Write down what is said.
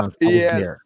Yes